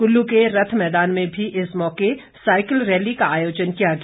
कुल्लू के रथ मैदान में भी इस मौके साइकल रैली का आयोजन किया गया